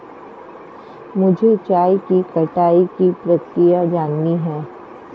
मुझे चाय की कटाई की प्रक्रिया जाननी है